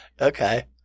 Okay